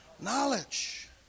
knowledge